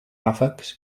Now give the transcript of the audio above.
ràfecs